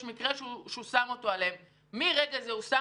מקרה שהוא ממליץ למנות בו אפוטרופוס,